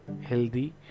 healthy